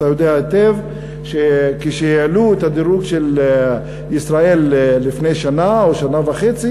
אתה יודע היטב שכשהעלו את הדירוג של ישראל לפני שנה או שנה וחצי